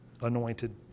anointed